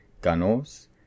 Gunnels